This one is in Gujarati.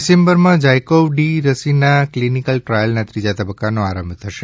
ડિસેમ્બરમાં ઝાયકોવ ડી રસીના ક્લીનીકલ ટ્રાયલના ત્રીજા તબક્કાનો આરંભ થશે